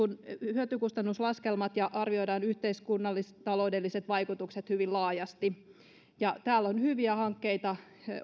hyöty kustannus laskelmat ja arvioidaan yhteiskunnallis taloudelliset vaikutukset hyvin laajasti täällä on odottamassa hyviä hankkeita